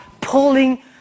pulling